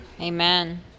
Amen